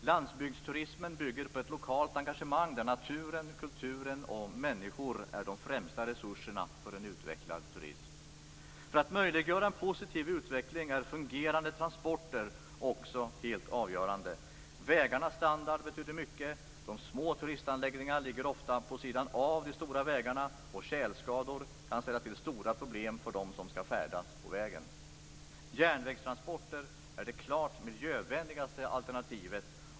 Landsbygdsturismen bygger på ett lokalt engagemang. Naturen, kulturen och människorna är de främsta resurserna för en utvecklad turism. För att möjliggöra en positiv utveckling är också fungerande transporter helt avgörande. Vägarnas standard betyder mycket. De små turistanläggningarna ligger ofta vid sidan av de stora vägarna. Tjälskador kan ställa till med stora problem för dem som skall färdas på vägen. Järnvägstransporter är det klart miljövänligaste alternativet.